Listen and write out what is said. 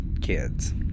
kids